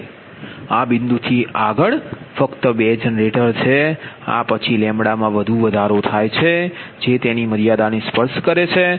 હવે આ બિંદુથી આગળ ફક્ત 2 જનરેટર છે આ પછી મા વધુ વધારો થાય છે જે તેની મર્યાદાને સ્પર્શ કરે છે